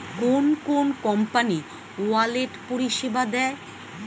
কোন কোন company wallet পরিষেবা দেয়?